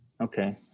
Okay